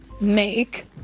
make